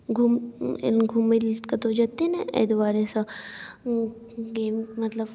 घूमऽ घूमै लेल कतौ जेतै नहि एहि दुआरे सँ मतलब